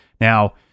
Now